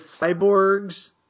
Cyborg's